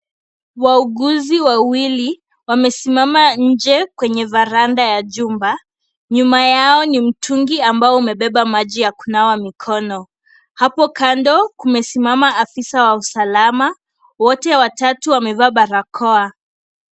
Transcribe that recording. Wauguzi wawili wamesimama nje kwenye veranda ya jumba , nyuma yao ni mtungi ambao umebeba maji ya kunawa mikono. Hapo kando kumesimama afisa wa usalama , wote watatu wamevaa barakoa.